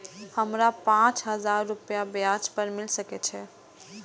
हमरा पाँच हजार रुपया ब्याज पर मिल सके छे?